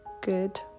good